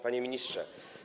Panie Ministrze!